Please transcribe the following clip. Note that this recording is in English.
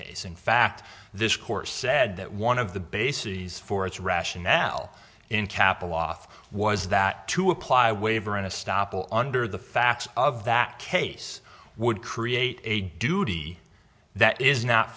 case in fact this course said that one of the bases for its rationale in capital off was that to apply a waiver in a stop all under the facts of that case would create a duty that is not